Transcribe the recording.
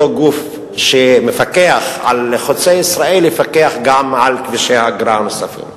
אותו גוף שמפקח על חוצה-ישראל יפקח גם על כבישי האגרה הנוספים.